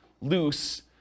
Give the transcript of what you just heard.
loose